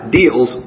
deals